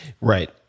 Right